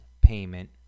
payment